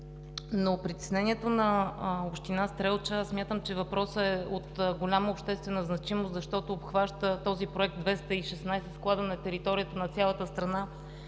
от притеснението на община Стрелча смятам, че въпросът е от голяма обществена значимост, защото този проект обхваща 216 склада на територията на цялата страна